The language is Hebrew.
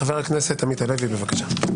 חבר הכנסת עמית הלוי, בבקשה.